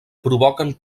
provoquen